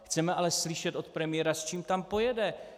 Chceme ale slyšet od premiéra, s čím tam pojede.